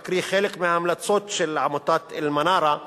אני אקרא חלק מההמלצות של עמותת "אלמנארה"